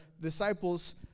disciples